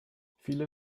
viele